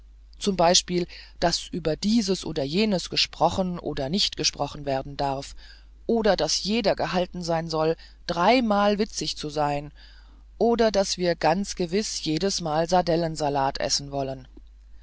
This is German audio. z b daß über dieses oder jenes gesprochen oder nicht gesprochen werden darf oder daß jeder gehalten sein soll dreimal witzig zu sein oder daß wir ganz gewiß jedesmal sardellensalat essen wollen